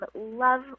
love